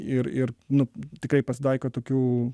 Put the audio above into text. ir ir nu tikrai pasitaiko tokių